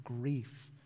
grief